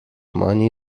money